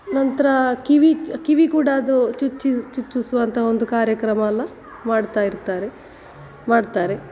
ನಂತರ ಕಿವಿ ಕಿವಿ ಕೂಡ ಅದು ಚುಚ್ಚಿ ಚುಚ್ಚಿಸುವಂಥ ಒಂದು ಕಾರ್ಯಕ್ರಮ ಎಲ್ಲ ಮಾಡ್ತಾ ಇರ್ತಾರೆ ಮಾಡ್ತಾರೆ